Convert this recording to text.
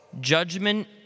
Judgment